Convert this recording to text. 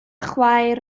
chwaer